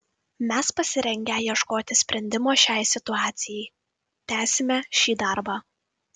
mes pasirengę ieškoti sprendimo šiai situacijai tęsime šį darbą